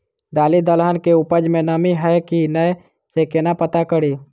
दालि दलहन केँ उपज मे नमी हय की नै सँ केना पत्ता कड़ी?